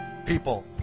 people